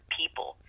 people